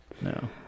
No